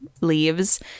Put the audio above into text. leaves